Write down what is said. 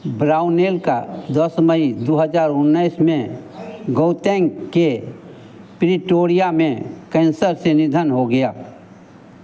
Brownell का दस मई दो हज़ार उन्नीस में गौतान्ग के प्रिटोरिया में कैन्सर से निधन हो गया था